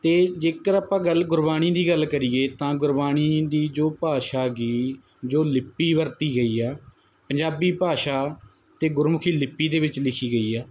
ਅਤੇ ਜੇਕਰ ਆਪਾਂ ਗੱਲ ਗੁਰਬਾਣੀ ਦੀ ਗੱਲ ਕਰੀਏ ਤਾਂ ਗੁਰਬਾਣੀ ਦੀ ਜੋ ਭਾਸ਼ਾ ਗੀ ਜੋ ਲਿਪੀ ਵਰਤੀ ਗਈ ਹੈ ਪੰਜਾਬੀ ਭਾਸ਼ਾ ਅਤੇ ਗੁਰਮੁਖੀ ਲਿਪੀ ਦੇ ਵਿੱਚ ਲਿਖੀ ਗਈ ਹੈ